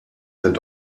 that